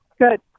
Good